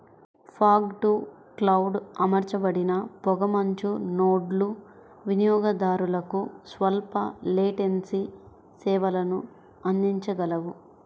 fog to cloud అమర్చబడిన పొగమంచు నోడ్లు వినియోగదారులకు స్వల్ప లేటెన్సీ సేవలను అందించగలవు